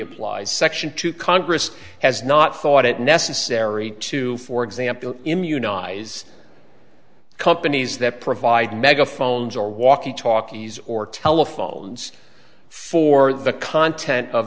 applies section two congress has not thought it necessary to for example immunize companies that provide megaphones or walkie talkies or telephones for the content of